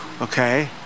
Okay